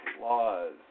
laws